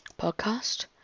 podcast